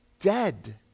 dead